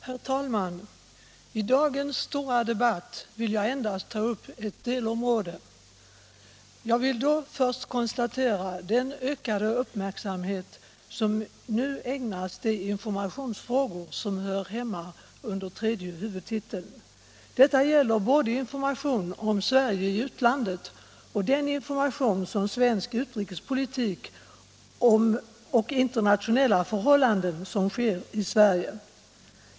Herr talman! I dagens stora debatt vill jag endast ta upp ett delområde. Först vill jag då konstatera den ökade uppmärksamhet som nu ägnas de informationsfrågor som hör hemma under tredje huvudtiteln. Detta gäller både information om Sverige i utlandet och den information om svensk utrikespolitik och internationella förhållanden som ges i Sverige.